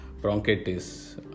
bronchitis